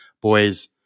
boys